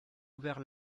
ouvert